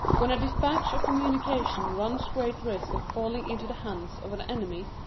when a despatch or communication runs great risk of falling into the hands of an enemy,